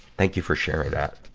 thank you for sharing that.